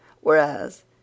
whereas